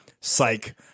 Psych